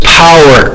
power